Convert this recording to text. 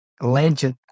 legend